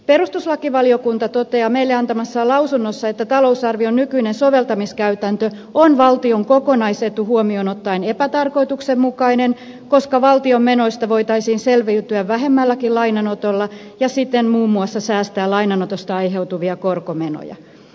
perustuslakivaliokunta toteaa meille antamassaan lausunnossa että talousarvion nykyinen soveltamiskäytäntö on valtion kokonaisetu huomioon ottaen epätarkoituksenmukainen koska voitaisiin selviytyä valtion menoista vähemmälläkin lainanotolla ja siten muun muassa säästää lainanotosta aiheutuvia korkomenoja